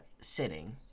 sitting